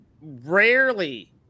rarely